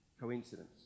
Coincidence